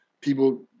people